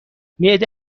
معده